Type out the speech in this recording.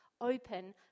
open